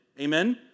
Amen